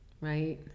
right